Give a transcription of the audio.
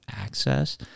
access